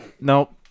Nope